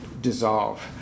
dissolve